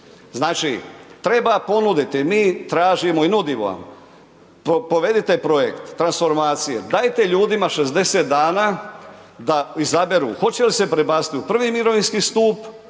Znači treba ponuditi, mi tražimo i nudimo vam, povedite projekt transformacije, dajte ljudima 60 dana da izaberu hoće li se prebaciti u prvi mirovinski stup